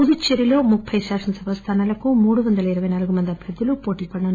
పుదుచ్చేరిలో ముప్పె శాసనసభ స్థానాలకు మూడువందల ఇరపై నాలుగు మంది అభ్యర్థులు పోటీ పడనున్నారు